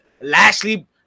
Lashley